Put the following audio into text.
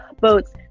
boats